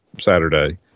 Saturday